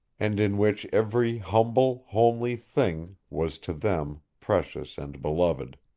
and in which every humble, homely thing was to them precious and beloved.